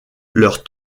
leurs